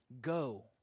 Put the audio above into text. go